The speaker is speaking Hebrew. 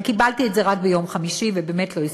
קיבלתי את זה רק ביום חמישי ובאמת לא הספקתי,